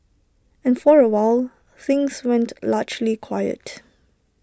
and for awhile things went largely quiet